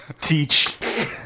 teach